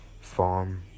farm